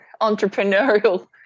entrepreneurial